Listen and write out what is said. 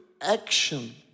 action